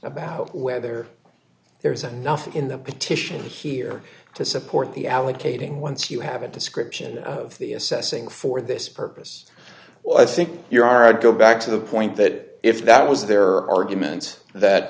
about whether there's enough in the petitions here to support the allocating once you have a description of the assessing for this purpose well i think you are i'd go back to the point that if that was their argument that